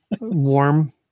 warm